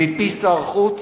מפי שר חוץ.